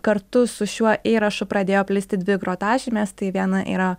kartu su šiuo įrašu pradėjo plisti dvi grotažymės tai viena yra